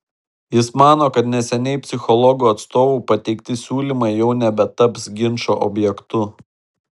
jis mano kad neseniai psichologų atstovų pateikti siūlymai jau nebetaps ginčo objektu